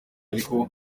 ariko